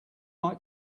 like